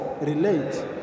relate